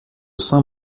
saint